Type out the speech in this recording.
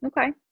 Okay